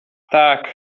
tak